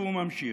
והוא ממשיך: